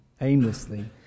aimlessly